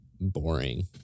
boring